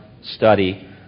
study